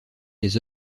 les